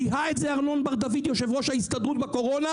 זיהה את זה בקורונה יו"ר ההסתדרות ארנון בר דוד,